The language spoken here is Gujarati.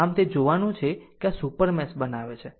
આમ આમ તે જોવાનું છે કે આ એક સુપર મેશ બનાવે છે